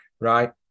right